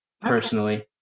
personally